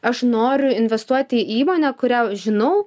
aš noriu investuoti į įmonę kurią žinau